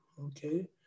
okay